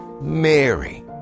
Mary